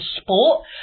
sport